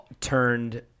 turned